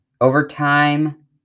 Overtime